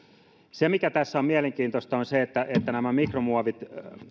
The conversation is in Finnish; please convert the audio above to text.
se mikä tässä on mielenkiintoista on se että että mikromuovit